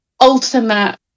ultimate